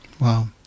Wow